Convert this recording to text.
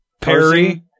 Perry